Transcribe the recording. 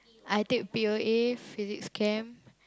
I take P_O_A physics chem